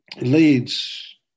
leads